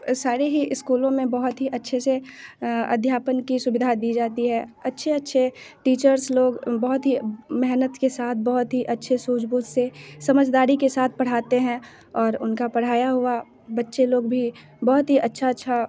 सारे ही स्कूलों में बहुत ही अच्छे से अध्यापन की सुविधा दी जाती है अच्छे अच्छे टीचर्स लोग बहुत ही मेहनत के साथ बहुत ही अच्छे सूझ बुझ से समझदारी के साथ पढ़ाते हैं और उनका पढ़ाया हुआ बच्चे लोग भी बहुत ही अच्छा अच्छा